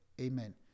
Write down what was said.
Amen